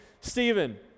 Stephen